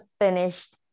finished